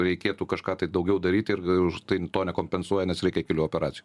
reikėtų kažką tai daugiau daryt ir už tai to nekompensuoja nes reikia kelių operacijų